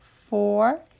four